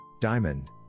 Diamond